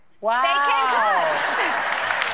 Wow